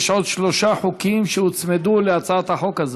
יש עוד שלושה חוקים שהוצמדו להצעת החוק הזו.